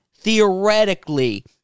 theoretically